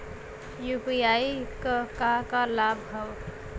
UPI क का का लाभ हव?